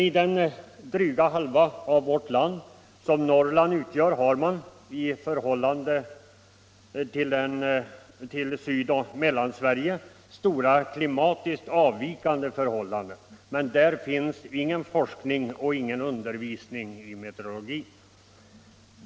I den dryga hälft av vårt land som Norrland utgör har man mycket stora klimatiska variationer, jämfört med förhållandena i Sydoch Mellansverige, men däruppe finns ingen forskning och ingen undervisning i meteorologi.